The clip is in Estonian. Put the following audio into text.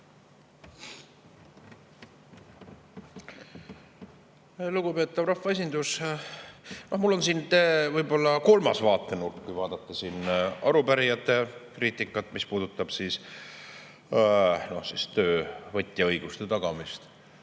Lugupeetav rahvaesindus! Mul on võib-olla kolmas vaatenurk, kui vaadata arupärijate kriitikat, mis puudutab töövõtja õiguste tagamist,